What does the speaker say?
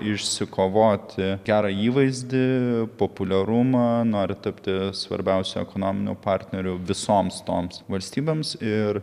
išsikovoti gerą įvaizdį populiarumą nori tapti svarbiausiu ekonominiu partneriu visoms toms valstybėms ir